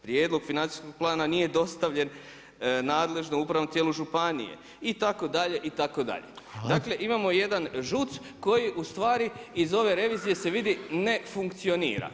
Prijedlog financijskog plana nije dostavljen nadležnom Upravnom tijelu županije itd. itd [[Upadica Reiner: Hvala.]] Dakle, imamo jedan ŽUC koji u stvari iz ove revizije se vidi ne funkcionira.